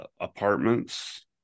apartments